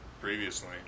previously